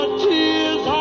tears